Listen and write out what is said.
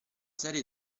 serie